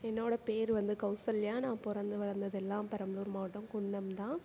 என்னோடய பேர் வந்து கௌசல்யா நான் பிறந்து வளர்ந்தது எல்லாம் பெரம்பலூர் மாவட்டம் குன்னம் தான்